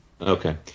Okay